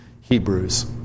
Hebrews